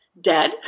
dead